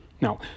Now